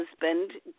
husband